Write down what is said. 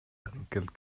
trinkgeld